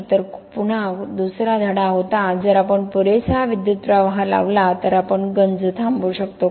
तर पुन्हा दुसरा धडा होता जर आपण पुरेसा विद्युत प्रवाह लावला तर आपण गंज थांबवू शकतो का